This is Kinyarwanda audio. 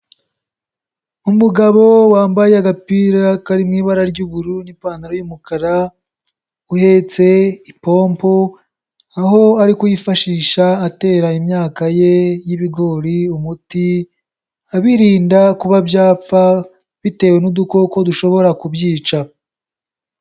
Umugabo wambaye agapira karimo ibara ry'ubururu, ipantaro y'umukara, uhetse ipompo, aho ari kwifashisha atera imyaka ye y'ibigori umuti, abirinda kuba byapfa bitewe n'udukoko dushobora kubyica.